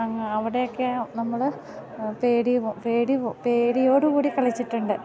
അവിടെക്കെ നമ്മൾ പേടി പേടി പേടിയോട് കൂടി കളിച്ചിട്ടുണ്ട്